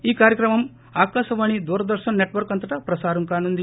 ఈ కార్సక్రమం ఆకాశవాణి దూరదర్పన్ నెట్వర్క్ అంతటా ప్రసారం కానుంది